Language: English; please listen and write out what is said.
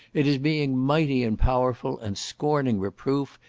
it is being mighty and powerful, and scorning reproof,